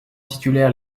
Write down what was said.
titulaire